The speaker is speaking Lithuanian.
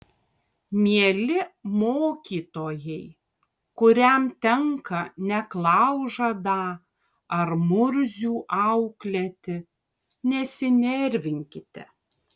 mieli mokytojai kuriam tenka neklaužadą ar murzių auklėti nesinervinkite